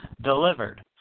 delivered